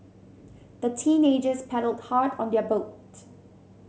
the teenagers paddled hard on their boat